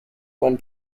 when